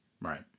Right